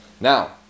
Now